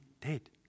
dead